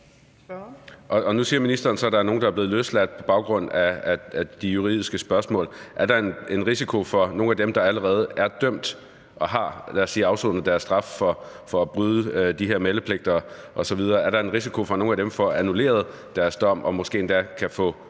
Nu siger ministeren så, at der er nogle, der er blevet løsladt på baggrund af de juridiske spørgsmål. Er der en risiko for, at nogle af dem, der allerede er dømt og har afsonet deres straf for at bryde de her meldepligter osv., får annulleret deres dom og måske endda kan få